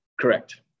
Correct